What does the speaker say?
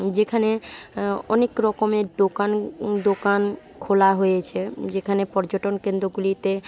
যেখানে অনেক রকমের দোকান দোকান খোলা হয়েছে যেখানে পর্যটন কেন্দ্রগুলিতে